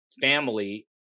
family